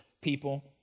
people